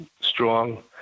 strong